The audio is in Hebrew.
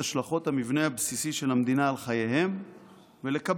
השלכות המבנה הבסיסי של המדינה על חייהם ולקבלן,